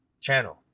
channel